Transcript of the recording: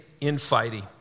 infighting